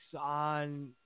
on